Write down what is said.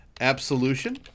Absolution